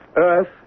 earth